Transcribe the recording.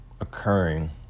occurring